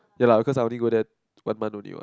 ya lah cause I only go there one month only one